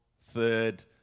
third